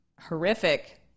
horrific